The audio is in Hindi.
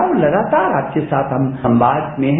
हम लगातार आपके साथ संवाद में हैं